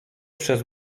przez